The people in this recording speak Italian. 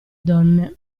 donne